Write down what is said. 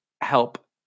help